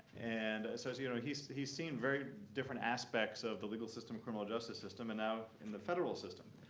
and so as you know, he's he's seen very different aspects of the legal system, criminal justice system, and now in the federal system.